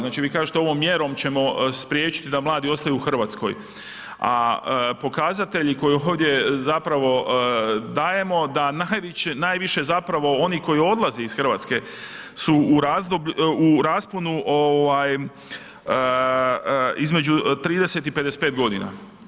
Znači vi kažete ovom mjerom ćemo spriječiti da mladi ostaju u Hrvatskoj, a pokazatelji koji ovdje zapravo dajemo da najviše zapravo oni koji odlaze iz Hrvatske su u razdoblju, u rasponu između 30 i 55 godina.